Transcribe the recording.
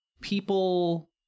people